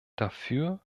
dafür